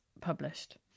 published